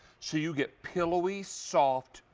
so you get pillow we, soft,